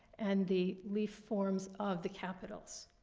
and the leaf forms of the capitals.